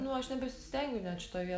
nu aš nebesistengiu net šitoj vietoj